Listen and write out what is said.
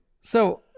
So-